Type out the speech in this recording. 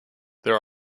there